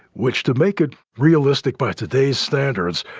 which, to make it realistic by today's standards,